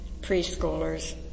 preschoolers